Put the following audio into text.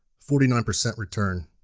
forty nine percent return.